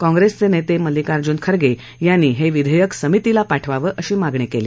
काँग्रेसचे नेते मल्लिकार्जून खर्गे यांनी हे विधेयक समितीला पाठवावे अशी मागणी केली